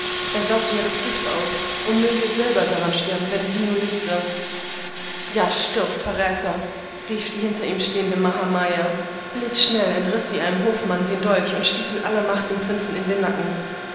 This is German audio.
er sauge ja das gift aus und möge er selber daran sterben wenn sie nur lebte ja stirb verräter rief die hinter ihm stehende mahamaya blitzschnell entriß sie einem hofmann den dolch und stieß ihn mit aller macht dem prinzen in den nacken